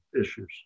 issues